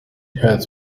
has